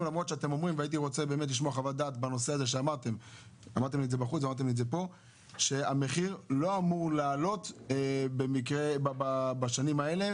הודיע לשר הרווחה שהוא לא חותם על התקנות אלא אם כן הנשים האלה